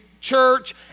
church